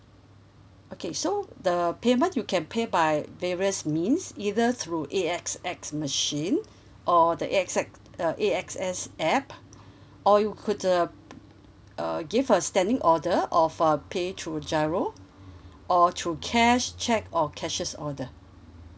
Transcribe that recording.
okay so the payment you can pay by various means either through A_X_S machine or the A_X_S uh A_X_S app or you could uh uh give a standing order of uh pay through GIRO or through cash cheque or cashiers order